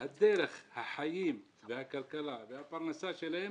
דרך החיים, הכלכלה והפרנסה שלהם